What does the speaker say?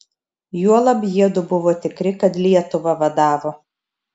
juolab jiedu buvo tikri kad lietuvą vadavo